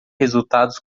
resultados